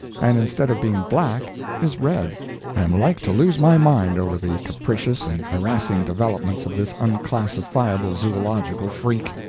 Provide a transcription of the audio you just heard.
and instead of being black is red. i am like to lose my mind over the capricious and harassing developments of this unclassifiable zoological freak.